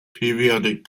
periodic